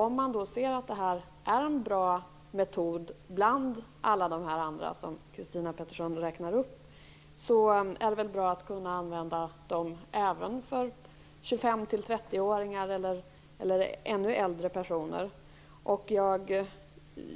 Om man kan se att detta är en bra metod bland alla de andra som Christina Pettersson räknar upp är det väl bra att använda den även för 25-30-åringar eller ännu äldre personer.